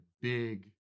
big